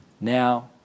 now